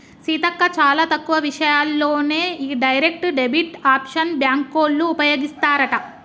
సీతక్క చాలా తక్కువ విషయాల్లోనే ఈ డైరెక్ట్ డెబిట్ ఆప్షన్ బ్యాంకోళ్ళు ఉపయోగిస్తారట